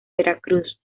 veracruz